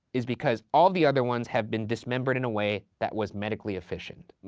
is because all of the other ones have been dismembered in a way that was medically efficient.